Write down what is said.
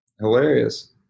hilarious